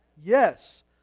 Yes